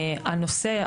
הנושא,